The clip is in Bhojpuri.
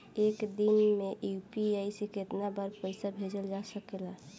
एक दिन में यू.पी.आई से केतना बार पइसा भेजल जा सकेला?